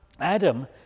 Adam